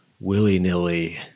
willy-nilly